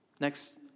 Next